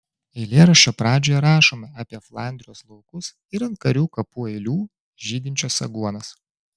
eilėraščio pradžioje rašoma apie flandrijos laukus ir ant karių kapų eilių žydinčias aguonas